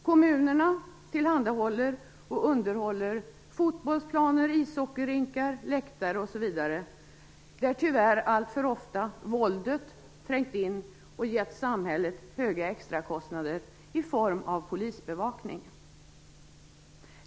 Kommunerna tillhandahåller och underhåller fotbollsplaner, ishockeyrinkar, läktare osv. Där har tyvärr alltför ofta våldet trängt in, vilket givit samhället höga extrakostnader för polisbevakning.